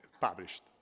published